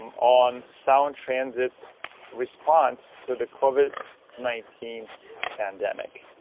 um on sound transit's response to the covid nineteen pandemic.